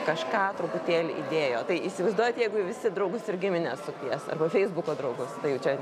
kažką truputėlį įdėjo tai įsivaizduojat jeigu visi draugus ir gimines sukvies arba feisbuko draugus tai jau čia